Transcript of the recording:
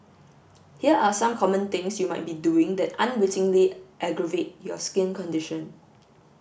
here are some common things you might be doing that unwittingly aggravate your skin condition